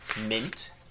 Mint